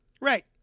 Right